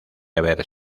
haber